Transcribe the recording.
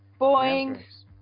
Boing